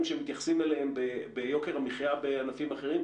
שמתייחסים אליהם ביוקר המחיה בענפים אחרים,